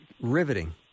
riveting